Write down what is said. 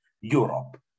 Europe